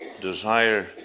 desire